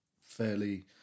fairly